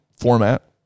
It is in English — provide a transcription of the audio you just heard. format